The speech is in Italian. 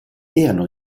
erano